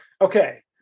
Okay